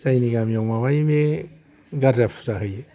जायनि गामियाव माबायो बे गार्जा फुजा होयो